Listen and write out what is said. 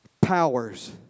Powers